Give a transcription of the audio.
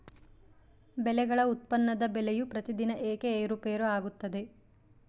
ಬೆಳೆಗಳ ಉತ್ಪನ್ನದ ಬೆಲೆಯು ಪ್ರತಿದಿನ ಏಕೆ ಏರುಪೇರು ಆಗುತ್ತದೆ?